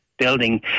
building